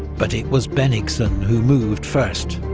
but it was bennigsen who moved first,